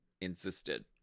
insisted